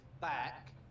back